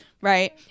right